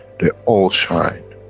they all shine,